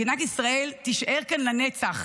מדינת ישראל תישאר כאן לנצח,